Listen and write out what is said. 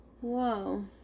whoa